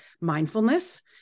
mindfulness